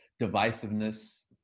divisiveness